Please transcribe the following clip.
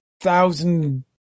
thousand